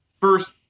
first